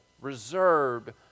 reserved